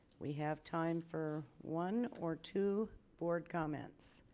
we have time for one or two board comments.